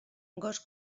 gos